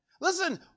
Listen